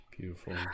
Beautiful